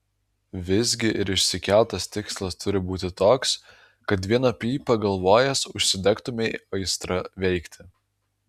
visgi ir išsikeltas tikslas turi būti toks kad vien apie jį pagalvojęs užsidegtumei aistra veikti